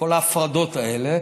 כל ההפרדות האלה.